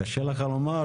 קשה לך לומר?